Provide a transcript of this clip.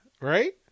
Right